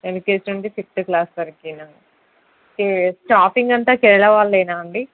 LKG నుండి sixth class వరకెనా staffing అంతా కేరళ వాళ్ళేనా అండి